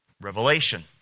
revelation